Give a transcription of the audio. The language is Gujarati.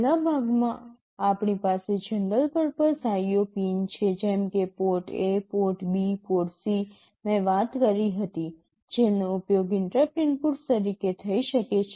પહેલા ભાગમાં આપણી પાસે જનરલ પર્પસ IO પિન છે જેમ કે port A port B port C મેં વાત કરી હતી જેનો ઉપયોગ ઇન્ટરપ્ટ ઇનપુટ્સ તરીકે થઈ શકે છે